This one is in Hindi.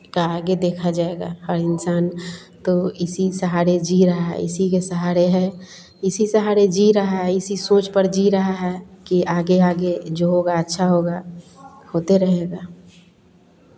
का आगे देखा जाएगा हर इन्सान तो इसी सहारे जी रहा है इसी के सहारे है इसी सहारे जी रहा है इसी सोच पर जी रहा है कि आगे आगे जो होगा अच्छा होगा होते रहेगा